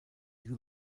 you